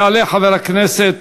יעלה חבר הכנסת,